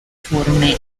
forme